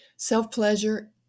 self-pleasure